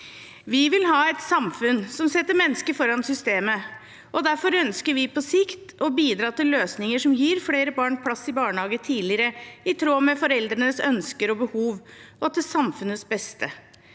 Vi vil ha et samfunn som setter mennesket foran systemet, og derfor ønsker vi på sikt å bidra til løsninger som gir flere barn plass i barnehage tidligere, i tråd med foreldrenes ønsker og behov og til samfunnets beste.